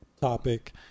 topic